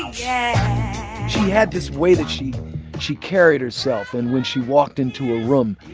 yeah she had this way that she she carried herself and when she walked into a room.